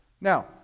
Now